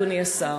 אדוני השר,